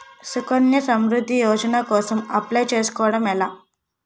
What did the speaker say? సుకన్య సమృద్ధి యోజన కోసం అప్లయ్ చేసుకోవడం ఎలా?